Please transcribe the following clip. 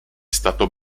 stato